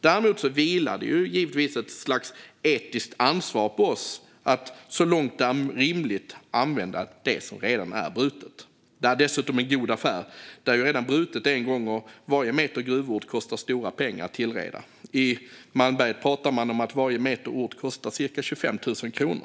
Däremot vilar det givetvis ett slags etiskt ansvar på oss att, så långt det är rimligt, använda det som redan är brutet. Det är dessutom en god affär, för det är ju redan brutet en gång. Varje meter gruvort kostar stora pengar att tillreda; i Malmberget sägs varje meter ort kosta cirka 25 000 kronor.